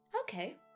Okay